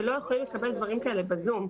שלא יכולים לקבל דברים כאלה בזום.